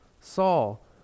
Saul